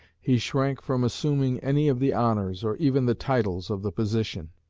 he shrank from assuming any of the honors, or even the titles, of the position.